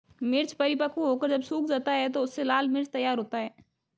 मिर्च परिपक्व होकर जब सूख जाता है तो उससे लाल मिर्च तैयार होता है